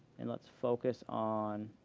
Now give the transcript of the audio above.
and let's focus on